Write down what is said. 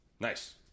Nice